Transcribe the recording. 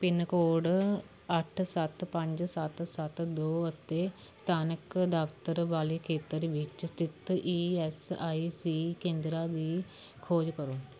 pin code ਅੱਠ ਸੱਤ ਪੰਜ ਸੱਤ ਸੱਤ ਦੋ ਅਤੇ ਸਥਾਨਕ ਦਫਤਰ ਵਾਲੇ ਖੇਤਰ ਵਿੱਚ ਸਥਿਤ ਈ ਐੱਸ ਆਈ ਸੀ ਕੇਂਦਰਾਂ ਦੀ ਖੋਜ ਕਰੋ